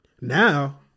Now